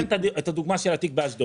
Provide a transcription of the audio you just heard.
אני אתן את הדוגמה של התיק באשדוד.